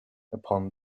upon